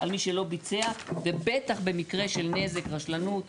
מי שיש להתייעץ איתו זה או הוועדה בכנסת או שר הבינוי והשיכון,